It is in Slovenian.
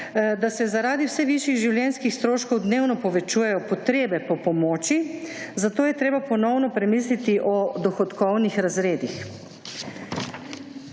da se zaradi vse višjih življenjskih stroškov dnevno povečujejo potrebe po pomoči, zato je treba ponovno premisliti o dohodkovnih razredih.